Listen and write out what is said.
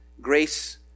Grace